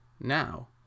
Now